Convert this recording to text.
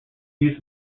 use